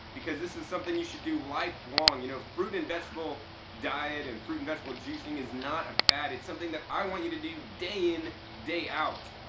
because this is something you should do life-long, you know fruit and vegetable diet and fruit and vegetable juicing is not a fad, it's something that i want you to do day in, day out,